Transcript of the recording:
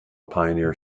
pioneer